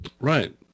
right